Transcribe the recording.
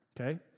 Okay